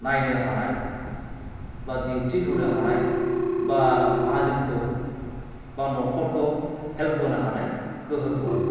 नायनो हानाय बा दिउटि होनो हानाय बा माहाजोनखौ बा न'खरखौ हेल्फ होनो हानाय गोहो दङ आरो मा